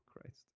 Christ